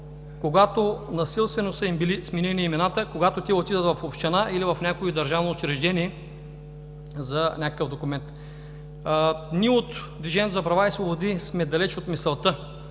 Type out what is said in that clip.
когато насилствено са им били сменени имената, когато те отидат в община, или в някое държавно учреждение за някакъв документ. Ние от „Движението за